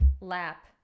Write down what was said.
lap